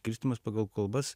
skirstymas pagal kalbas